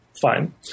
Fine